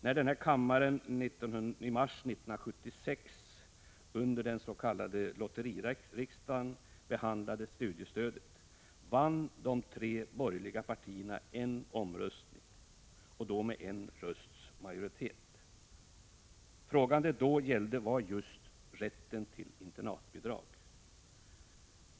När riksdagen i mars 1976 under den s.k. lotteririksdagen behandlade frågan om studiestödet, vann de tre borgerliga partierna en omröstning, då med en rösts majoritet. Frågan gällde just rätten till internatbidrag.